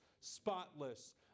spotless